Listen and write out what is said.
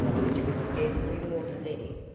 which was scarcely more steady.